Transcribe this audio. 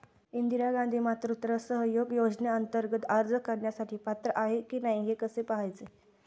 इंदिरा गांधी मातृत्व सहयोग योजनेअंतर्गत अर्ज करण्यासाठी पात्र आहे की नाही हे कसे पाहायचे?